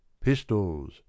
Pistols